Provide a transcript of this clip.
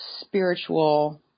spiritual